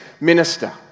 minister